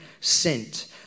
sent